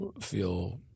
feel